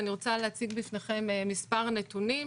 אני רוצה להציג בפניכם מספר נתונים.